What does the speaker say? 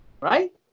Right